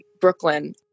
Brooklyn